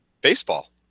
baseball